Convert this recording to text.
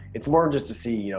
it's more just to see, you know,